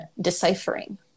deciphering